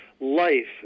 life